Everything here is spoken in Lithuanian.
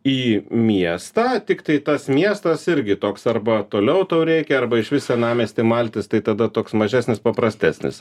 į miestą tiktai tas miestas irgi toks arba toliau tau reikia arba išvis senamiesty maltis tai tada toks mažesnis paprastesnis